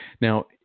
Now